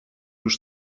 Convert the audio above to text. już